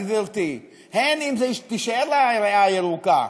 גברתי: האם תישאר הריאה הירוקה,